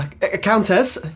Countess